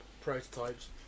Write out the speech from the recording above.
prototypes